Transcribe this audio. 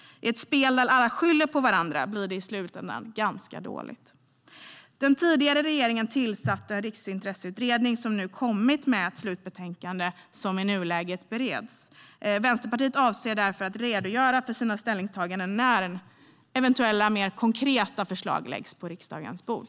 I ett spel där alla skyller på varandra blir det i slutändan ganska dåligt. Den tidigare regeringen tillsatte Riksintresseutredningen som kommit med ett slutbetänkande som bereds i nuläget. Vänsterpartiet avser därför att redogöra för sina ställningstaganden när eventuella mer konkreta förslag läggs på riksdagens bord.